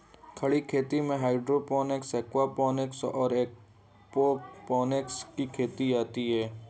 खड़ी खेती में हाइड्रोपोनिक्स, एयरोपोनिक्स और एक्वापोनिक्स खेती आती हैं